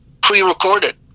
pre-recorded